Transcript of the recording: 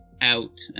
out